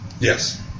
Yes